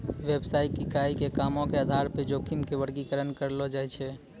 व्यवसायिक इकाई के कामो के आधार पे जोखिम के वर्गीकरण करलो जाय छै